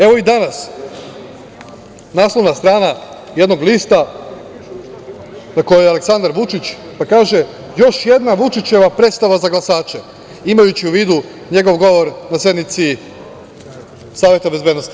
Evo i danas, naslovna strana jednog lista na kojoj je Aleksandar Vučić, pa kaže - Još jedna Vučićeva predstava za glasače, imajući u vidu njegov govor na sednici Saveta bezbednosti.